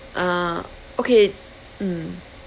ah okay mm